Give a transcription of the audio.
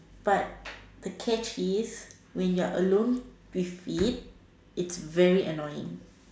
but the catch is when you are alone with it it's very annoying